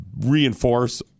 reinforce